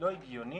לא הגיוני